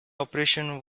operation